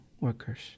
workers